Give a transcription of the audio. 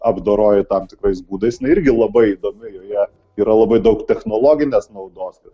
apdoroji tam tikrais būdais nu irgi labai įdomi joje yra labai daug technologinės naudos kad